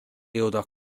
jõuda